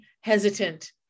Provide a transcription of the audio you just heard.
hesitant